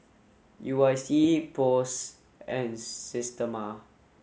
U I C Post and Systema